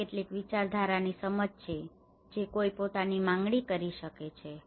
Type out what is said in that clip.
તેથી આ કેટલીક વિચારધારાની સમજ છે જે કોઈ પોતાની માંગણી કરી શકે છે